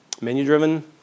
menu-driven